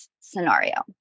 scenario